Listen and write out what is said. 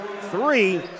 three